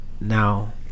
now